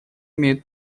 имеют